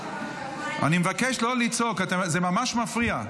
אני מבקש לא לצעוק, זה ממש מפריע.